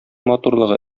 матурлыгы